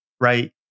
Right